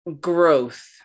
growth